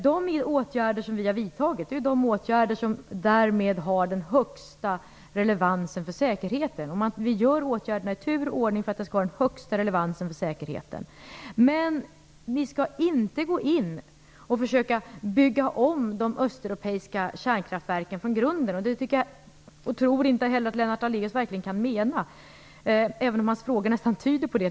De åtgärder som vi har vidtagit är de åtgärder som har den största relevansen för säkerheten. Vi tar åtgärderna i tur och ordning med hänsyn till deras relevans för säkerheten. Men vi skall inte gå in och försöka bygga om de östeuropeiska kärnkraftverken från grunden. Det tror jag inte att Lennart Daléus verkligen kan mena heller, även om hans frågor skulle kunna tyda på det.